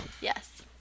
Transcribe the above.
Yes